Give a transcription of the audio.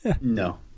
No